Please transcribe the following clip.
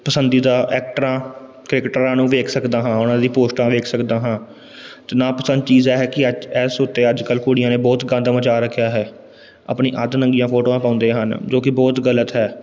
ਪਸੰਦੀਦਾ ਐਕਟਰਾਂ ਕ੍ਰਿਕਟਰਾਂ ਨੂੰ ਵੇਖ ਸਕਦਾ ਹਾਂ ਉਹਨਾਂ ਦੀ ਪੋਸਟਾਂ ਵੇਖ ਸਕਦਾ ਹਾਂ ਅਤੇ ਨਾਪਸੰਦ ਚੀਜ਼ ਇਹ ਹੈ ਕਿ ਅੱਜ ਇਸ ਉੱਤੇ ਅੱਜ ਕੱਲ੍ਹ ਕੁੜੀਆਂ ਨੇ ਬਹੁਤ ਗੰਦ ਮਚਾ ਰੱਖਿਆ ਹੈ ਆਪਣੀ ਅੱਧ ਨੰਗੀਆਂ ਫੋਟੋਆਂ ਪਾਉਂਦੇ ਹਨ ਜੋ ਕਿ ਬਹੁਤ ਗਲਤ ਹੈ